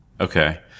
okay